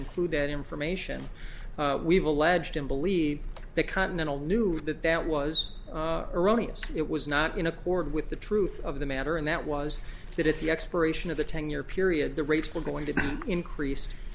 include that information we've alleged and believe that continental knew that that was erroneous it was not in accord with the truth of the matter and that was that at the expiration of the ten year period the rates were going to increase